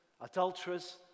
adulterers